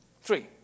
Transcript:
Three